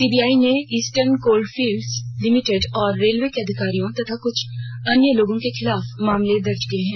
CBI ने Eastern Coalfields Limited और railway के अधिकारियों तथा कुछ अन्य लोगों के खिलाफ मामले दर्ज किए हैं